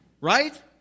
Right